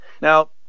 now